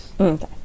Okay